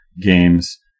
games